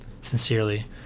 Sincerely